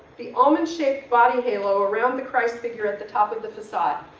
the almond-shaped body halo around the christ figure at the top of the facade,